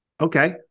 Okay